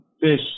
Fish